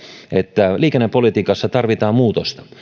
että liikennepolitiikassa tarvitaan muutosta